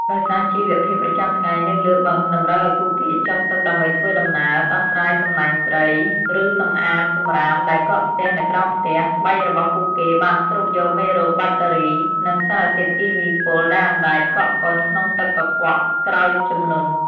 ដោយសារជីវភាពប្រចាំថ្ងៃនៅលើបឹងតម្រូវឱ្យពួកគេចុះទឹកដើម្បីធ្វើដំណើរ ដោះស្រាយសំណាញ់ត្រី ឬសម្អាតសម្រាមដែលកកស្ទះនៅក្រោមផ្ទះ ស្បែករបស់ពួកគេបានស្រូបយកមេរោគ បាក់តេរី និងសារធាតុគីមីពុលដែលអណ្ដែតកកកុញក្នុងទឹកកខ្វក់ក្រោយជំនន់។